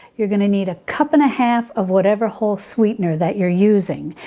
you're going to need a cup and a half of whatever whole sweetener that you're using.